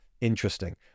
Interesting